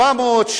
400,